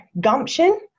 gumption